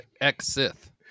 ex-Sith